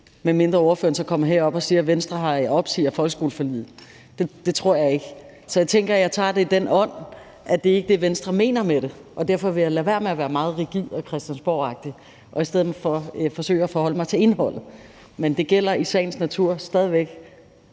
medmindre ordføreren så kommer herop og siger, at Venstre opsiger folkeskoleforliget, og det tror jeg ikke, tænker jeg, at jeg tager det i den ånd, at det ikke er det, Venstre mener med det, og derfor vil jeg lade være med at være meget rigid og christiansborgagtig og i stedet for forsøge at forholde mig til indholdet. Men det gælder i sagens natur stadig væk,